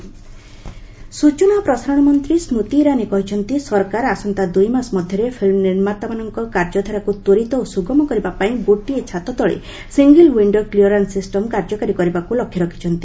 Irani single window ସ୍ଚଚନା ଓ ପ୍ରସାରଣ ମନ୍ତ୍ରୀ ସ୍ବତି ଇରାନୀ କହିଛନ୍ତି ସରକାର ଆସନ୍ତା ଦୁଇ ମାସ ମଧ୍ୟରେ ଫିଲ୍ମ ନିର୍ମାତାମାନଙ୍କ କାର୍ଯ୍ୟଧାରାକୁ ତ୍ୱରିତ ଓ ସୁଗମ କରିବାପାଇଁ ଗୋଟିଏ ଛାତତଳେ ସିଙ୍ଗଲ ୱିଷ୍ଣୋ କ୍ଲିଅରାନ୍ସ ସିଷ୍ଟମ୍ କାର୍ଯ୍ୟକାରୀ କରିବାକୁ ଲକ୍ଷ୍ୟ ରଖିଛନ୍ତି